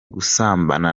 gusambana